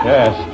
Yes